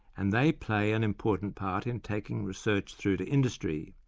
and they play an important part in taking research through to industry.